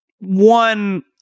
one